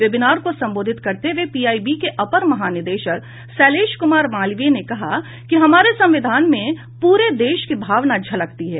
webinar को संबोधित करते हुए पीआईबी के अपर महानिदेशक शैलेश कुमार मालवीय ने कहा कि हमारे संविधान में पूरे देश की भावना झलकती है